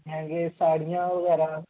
लैहंगे साढ़ियां बगैरा